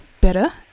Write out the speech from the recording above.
better